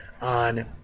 on